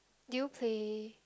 do you play